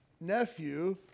nephew